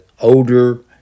older